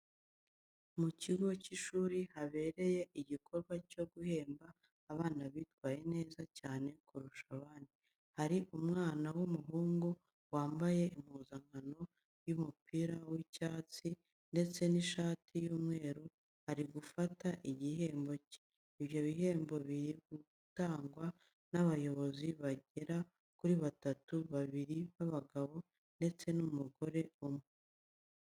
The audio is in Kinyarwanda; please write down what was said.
Mu kigo cy'ishuri habereye igikorwa cyo guhemba abana bitwaye neza cyane kurusha abandi. Hari umwana w'umuhungu wambaye impuzankano y'umupira w'icyatsi ndetse n'ishati y'umweru uri gufata igihembo cye. Ibyo bihembo biri gutangwa n'abayobozi bagera kuri batatu, babiri b'abagabo ndetse n'umugore umwe.